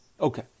Okay